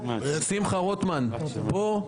שמחה רוטמן פה,